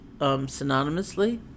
synonymously